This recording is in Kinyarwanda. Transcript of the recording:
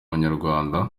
inyarwanda